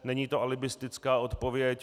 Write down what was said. Není to alibistická odpověď.